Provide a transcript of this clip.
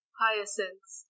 hyacinths